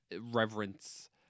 reverence